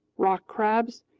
rock crabs,